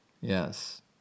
Yes